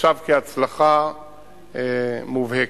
נחשב כהצלחה מובהקת.